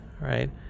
right